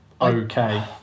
okay